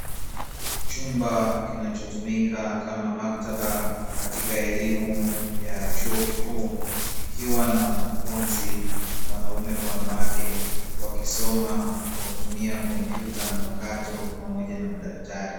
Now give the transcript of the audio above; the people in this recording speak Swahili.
Chumba kinachotumika kama maktaba katika elimu ya chuo kikuu, kikiwa na wanafunzi wanaume kwa wanawake ,wakisoma kwa kutumia kompyuta mpakato, pamoja na madaftari.